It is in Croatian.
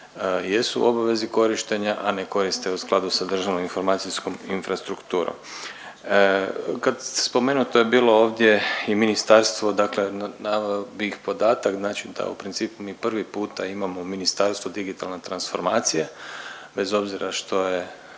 jesu u obavezi korištenja, a ne koriste u skladu sa državnom informacijskom infrastrukturom. Kad, spomenuto je bilo ovdje i ministarstvo. Dakle naveo bih podatak znači da u principu mi prvi puta imamo u ministarstvu digitalne transformacije bez obzira što je